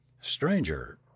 stranger